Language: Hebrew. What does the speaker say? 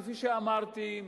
כפי שאמרתי,